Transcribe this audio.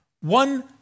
one